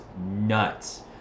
nuts